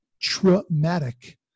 Traumatic